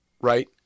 Right